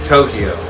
Tokyo